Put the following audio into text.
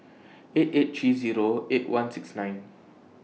eight eight three Zero eight one six nine